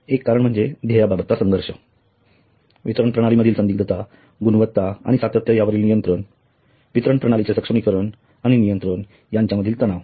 एक कारण म्हणजे ध्येयाबाबतचा संघर्ष वितरण प्रणाली मधील संदिग्धता गुणवत्ता आणि सातत्य यावरील नियंत्रण वितरण प्रणालीचे सक्षमीकरण आणि नियंत्रण यांच्या मधील तणाव